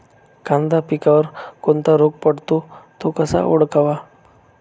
कांदा पिकावर कोणता रोग पडतो? तो कसा ओळखावा?